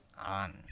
on